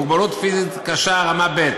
מוגבלות פיזית קשה רמה ב',